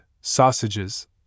sausages